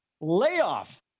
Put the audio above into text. layoff